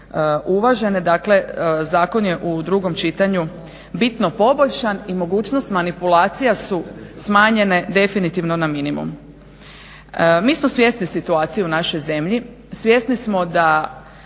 uvažene, dakle zakon je u 2. čitanju bitno poboljšan i mogućnost manipulacija su smanjene definitivno na minimum. Mi smo svjesni situacije u našoj zemlji, svjesni smo da